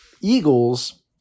Eagles